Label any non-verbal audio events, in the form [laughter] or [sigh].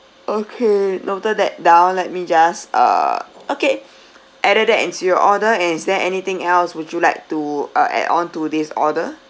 okay noted that down let me just uh okay [breath] added that into your order and is there anything else would you like to uh add on to this order